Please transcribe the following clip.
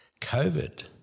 COVID